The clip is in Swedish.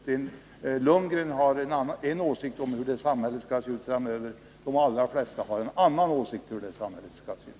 Bo Lundgren har en åsikt om hur det samhället skall se ut framöver; de allra flesta har en annan åsikt om hur det samhället skall se ut.